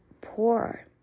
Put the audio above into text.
poor